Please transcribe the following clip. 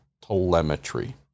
telemetry